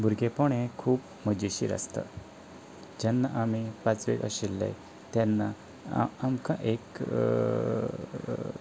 भुरगेंपण हें खूब मजेशीर आसता जेन्ना आमी पांचवेक आशिल्ले तेन्ना आमकां एक